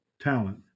talent